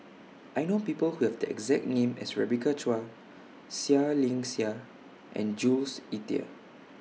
I know People Who Have The exact name as Rebecca Chua Seah Liang Seah and Jules Itier